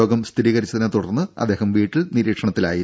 രോഗം സ്ഥിരീകരിച്ചതിനെ തുടർന്ന് അദ്ദേഹം വീട്ടിൽ നിരീക്ഷണത്തിലായിരുന്നു